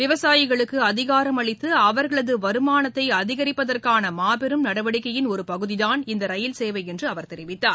விவசாயிகளுக்கு அதிகாரமளித்து அவர்களது வருமானத்தை அதிகரிப்பதற்கான மாபெரும் நடவடிக்கையின் ஒரு பகுதிதான் இந்த ரயில் சேவை என்று அவர் தெரிவித்தார்